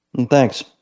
Thanks